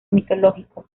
mitológicos